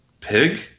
Pig